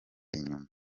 inyuma